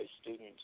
students